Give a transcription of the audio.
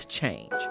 change